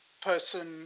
person